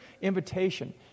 invitation